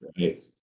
right